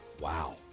Wow